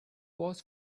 was